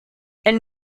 elle